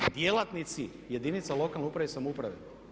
Djelatnici jedinica lokalne uprave i samouprave?